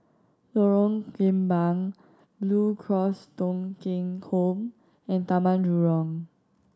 Lorong Kembang Blue Cross Thong Kheng Home and Taman Jurong